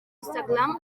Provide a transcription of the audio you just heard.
instagram